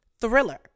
Thriller